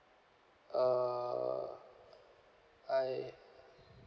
uh I